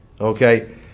Okay